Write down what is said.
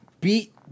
beat